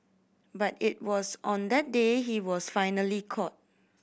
but it was on that day he was finally caught